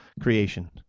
creation